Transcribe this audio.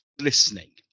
listening